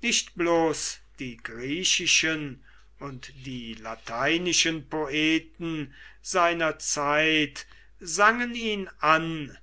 nicht bloß die griechischen und die lateinischen poeten seiner zeit sangen ihn an